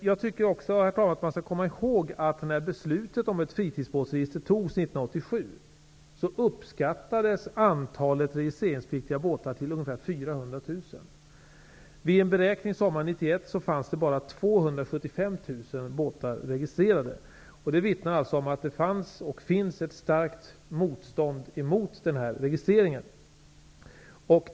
Jag tycker också att man skall komma ihåg, att när beslutet om ett fritidsbåtsregister fattades 1987 fanns det bara 275 000 båtar registrerade. Det vittnar om att det fanns och finns ett starkt motstånd mot denna registrering.